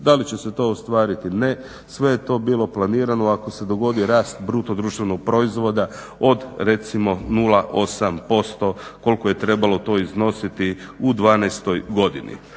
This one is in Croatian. Da li će se to ostvariti? Ne. Sve je to bilo planirano ako se dogodi rast BDP-a od recimo 0,8% koliko je trebalo to iznositi u '12. godini.